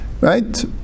Right